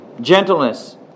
gentleness